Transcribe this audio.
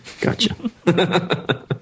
gotcha